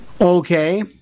Okay